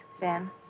Ben